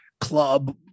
club